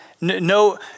no